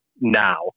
now